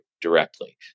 directly